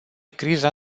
criza